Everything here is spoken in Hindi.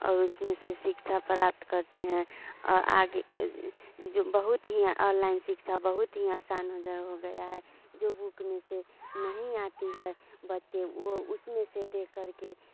और उसमें से शिक्षा प्राप्त करते हैं अ आगे जो बहुत ही अललाइन शिक्षा बहुत ही आसान हो ज हो गया है जो बुक में से नहीं आती है बच्चे वो उसमें से देख करके